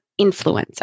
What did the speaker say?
influencer